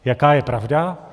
Jaká je pravda?